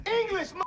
English